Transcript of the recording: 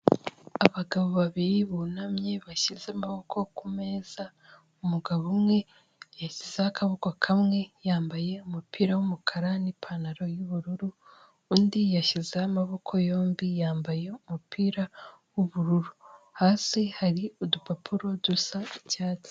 Abagabo babiri bunamye bashyize amaboko ku meza, umugabo umwe yasizeho akaboko kamwe yambaye umupira w'umukara n'ipantaro y'ubururu, undi yashyizeho amaboko yombi yambaye umupira w'ubururu, hasi hari udupapuro dusa icyatsi.